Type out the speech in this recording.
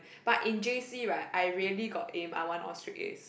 but in j_c right I really got aim I want all straight as